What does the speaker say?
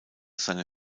seine